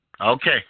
Okay